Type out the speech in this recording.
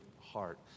heart